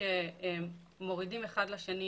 היא נבירה וחקירה.